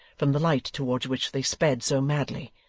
from the light towards which they sped so madly.